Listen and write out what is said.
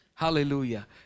hallelujah